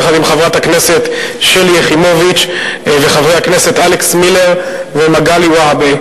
יחד עם חברת הכנסת שלי יחימוביץ וחברי הכנסת אלכס מילר ומגלי והבה,